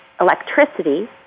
electricity